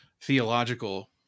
theological